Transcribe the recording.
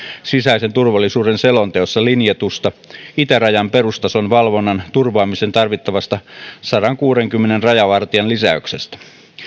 sisäisen turvallisuuden selonteossa linjatusta itärajan perustason valvonnan turvaamiseen tarvittavasta sadankuudenkymmenen rajavartijan lisäyksestä